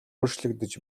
өөрчлөгдөж